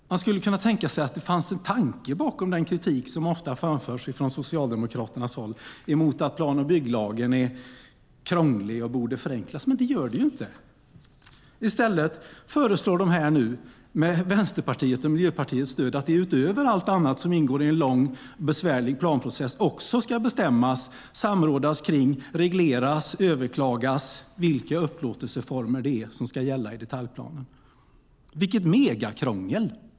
Man skulle kunna tänka sig att det fanns en tanke bakom den kritik som ofta framförs från Socialdemokraternas håll om att plan och bygglagen är krånglig och borde förenklas. Men det gör det inte. I stället föreslår de nu, med Vänsterpartiets och Miljöpartiets stöd, att det utöver allt annat som ingår i en lång och besvärlig planprocess också ska bestämmas, samrådas, regleras och överklagas när det gäller vilka upplåtelseformer det är som ska gälla i detaljplanen. Vilket megakrångel!